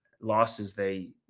Losses—they